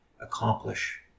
accomplish